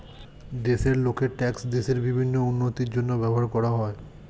দেশের লোকের ট্যাক্স দেশের বিভিন্ন উন্নতির জন্য ব্যবহার করা হয়